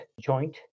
joint